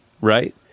right